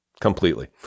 completely